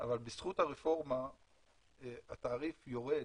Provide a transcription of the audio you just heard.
אבל בזכות הרפורמה התעריף יורד